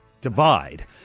divide